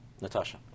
Natasha